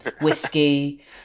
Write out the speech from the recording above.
Whiskey